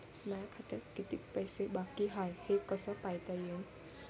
माया खात्यात कितीक पैसे बाकी हाय हे कस पायता येईन?